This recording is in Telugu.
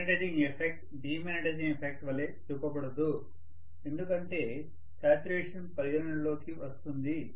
మాగ్నెటైజింగ్ ఎఫెక్ట్ డీమాగ్నెటైజింగ్ ఎఫెక్ట్ వలె చూపబడదు ఎందుకంటే శాచ్యురేషన్ పరిగణనలోకి వస్తుంది